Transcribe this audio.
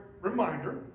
reminder